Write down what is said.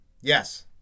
Yes